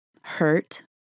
hurt